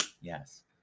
yes